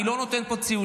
אני לא נותן פה ציונים,